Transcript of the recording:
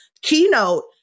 keynote